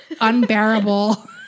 unbearable